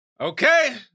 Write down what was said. Okay